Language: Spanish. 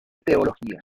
teología